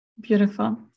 beautiful